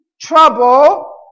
trouble